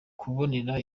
kubonera